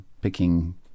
picking